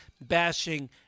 bashing